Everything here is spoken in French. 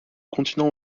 continent